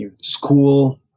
school